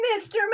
Mr